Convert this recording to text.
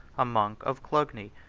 a monk of clugny,